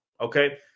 okay